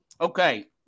Okay